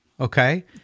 okay